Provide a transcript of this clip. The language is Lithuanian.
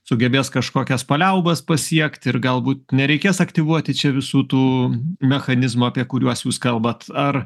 sugebės kažkokias paliaubas pasiekt ir galbūt nereikės aktyvuoti čia visų tų mechanizmų apie kuriuos jūs kalbat ar